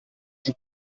die